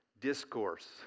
discourse